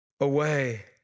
away